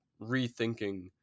rethinking